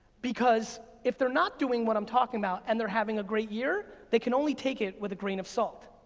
because if they're not doing what i'm talking about and they're having a great year, they can only take it with a grain of salt.